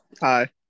Hi